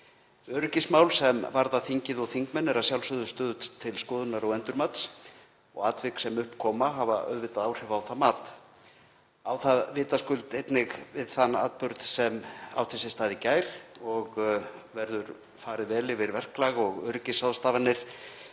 Öryggismál sem varða þingið og þingmenn eru að sjálfsögðu stöðugt til skoðunar og endurmats og atvik sem upp koma hafa auðvitað áhrif á það mat. Á það vitaskuld einnig við þann atburð sem átti sér stað í gær og verður farið vel yfir verklag og öryggisráðstafanir